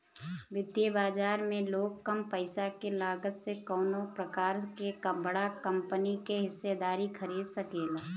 वित्तीय बाजार में लोग कम पईसा के लागत से कवनो प्रकार के बड़ा कंपनी के हिस्सेदारी खरीद सकेला